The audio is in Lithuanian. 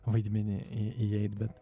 vaidmenį į įeit bet